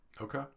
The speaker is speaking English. Okay